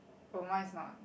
oh mine is not